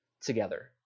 together